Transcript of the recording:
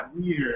weird